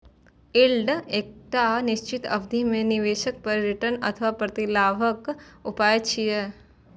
yield एकटा निश्चित अवधि मे निवेश पर रिटर्न अथवा प्रतिलाभक उपाय छियै